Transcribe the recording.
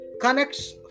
connects